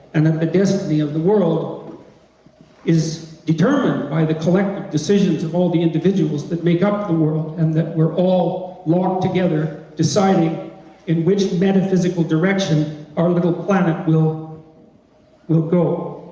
and that the destiny of the world is determined by the collective decisions of all the individuals that make up the world and that we're all locked together deciding in which metaphysical direction our little planet will will go.